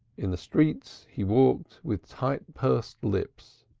in the streets he walked with tight-pursed lips,